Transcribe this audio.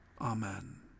Amen